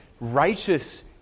righteous